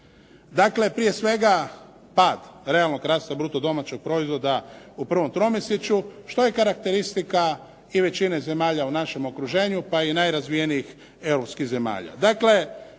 Dakle, prije svega pad realnog rasta bruto domaćeg proizvoda u prvom tromjesečju, što je karakteristika i većine zemalja u našem okruženju, pa i najrazvijenijih europskih zemalja.